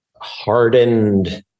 hardened